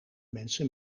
mensen